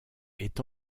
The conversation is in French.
est